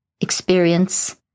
experience